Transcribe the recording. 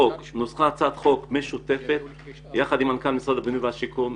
נוסחה הצעת חוק משותפת יחד עם מנכ"ל משרד הבינוי והשיכון,